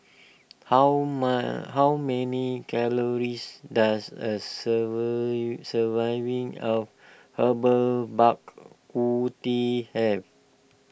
how man how many calories does a server surviving of Herbal Bak Ku Teh have